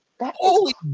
Holy